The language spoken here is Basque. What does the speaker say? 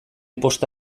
posta